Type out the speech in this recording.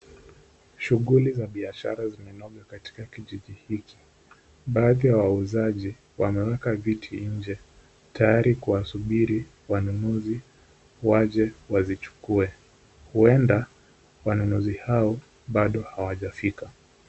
Shughuli za biashara zimenoga katika kijiji hiki, baashi ya wauzaji wameeka viti nje tayari kuwasubiri wanunuzi waje wazichukue. Huenda wanunuzi hao hawajafika.